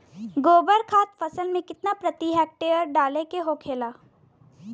गोबर खाद फसल में कितना प्रति हेक्टेयर डाले के होखेला?